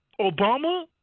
Obama